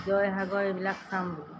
জয়সাগৰ এইবিলাক চাম বুলি